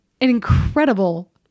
incredible